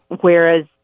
Whereas